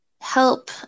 help